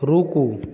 रुकू